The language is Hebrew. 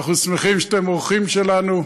אנחנו שמחים שאתם אורחים שלנו.